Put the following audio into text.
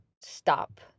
stop